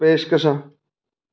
ਪੇਸ਼ਕਸ਼ਾਂ